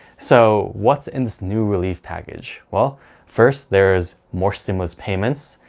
so what's in this new relief package? well first there's more stimulus payments,